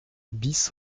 bis